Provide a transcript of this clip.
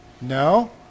No